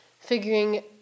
figuring